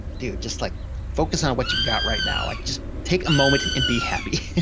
dude, just like focus on what you've got right now. like just take a moment and be happy.